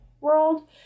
world